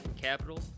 capital